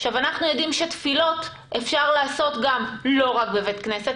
אנחנו יודעים שתפילות אפשר לעשות גם לא רק בבית כנסת.